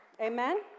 Amen